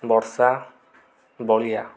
ବର୍ଷା ବଳିଆ